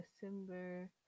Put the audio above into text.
December